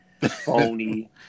phony